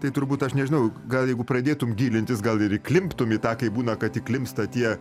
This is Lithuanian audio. tai turbūt aš nežinau gal jeigu pradėtum gilintis gal ir įklimptum į tą kai būna kad įklimpsta tie